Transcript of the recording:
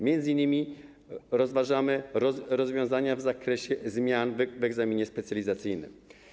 M.in. rozważamy rozwiązania w zakresie zmian w egzaminie specjalizacyjnym.